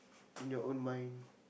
in your own mind